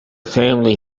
family